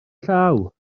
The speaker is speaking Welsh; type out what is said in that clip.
llaw